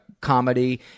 comedy